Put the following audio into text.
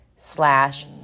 slash